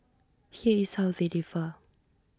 here is how they differ